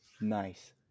nice